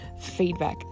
feedback